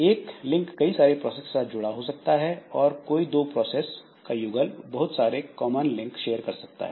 एक लिंक कई सारी प्रोसेस के साथ जुड़ा हो सकता है और कोई दो प्रोसेस का युगल बहुत सारे कॉमन लिंक शेयर कर सकता है